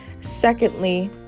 secondly